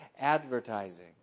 advertising